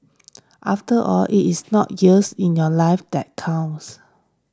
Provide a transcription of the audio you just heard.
after all it is not years in your life that count